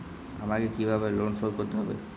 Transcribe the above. আমাকে কিভাবে লোন শোধ করতে হবে?